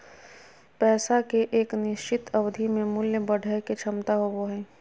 पैसा के एक निश्चित अवधि में मूल्य बढ़य के क्षमता होबो हइ